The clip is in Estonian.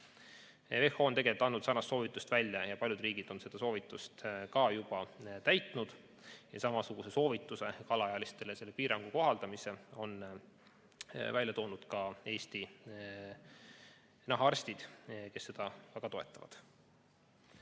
WHO on andnud selle soovituse välja ja paljud riigid on seda soovitust ka juba täitnud. Samasuguse soovituse, et alaealistele seda piirangut kohaldataks, on välja toonud ka Eesti nahaarstid, kes seda väga toetavad.